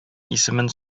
исемен